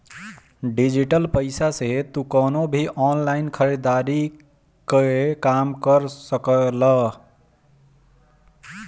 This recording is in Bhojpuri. डिजटल पईसा से तू कवनो भी ऑनलाइन खरीदारी कअ काम कर सकेला